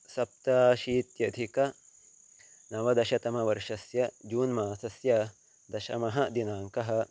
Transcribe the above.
सप्ताशीत्यधिकनवदशतमवर्षस्य जून् मासस्य दशमः दिनाङ्कः